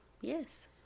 Yes